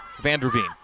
Vanderveen